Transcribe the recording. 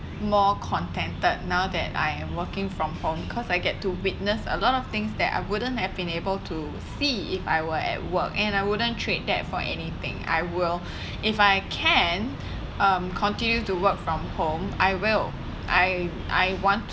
more contented now than I am working from home because I get to witness a lot of things that I wouldn't have been able to see if I were at work and I wouldn't trade that for anything I will if I can um continue to work from home I will I I want